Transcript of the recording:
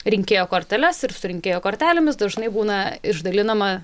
rinkėjo korteles ir su rinkėjo kortelėmis dažnai būna išdalinama